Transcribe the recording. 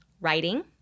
writing